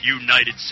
United